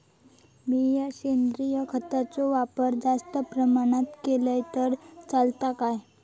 मीया सेंद्रिय खताचो वापर जास्त प्रमाणात केलय तर चलात काय?